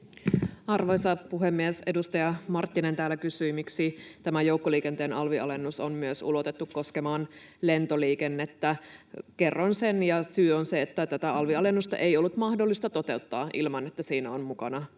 Arvoisa puhemies! Edustaja Marttinen täällä kysyi, miksi tämä joukkoliikenteen alvialennus on myös ulotettu koskemaan lentoliikennettä. Kerron sen: syy on se, että tätä alvialennusta ei ollut mahdollista toteuttaa ilman, että siinä on mukana